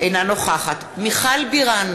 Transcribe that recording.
אינה נוכחת מיכל בירן,